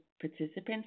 participants